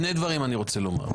שני דברים אני רוצה לומר.